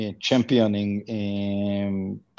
championing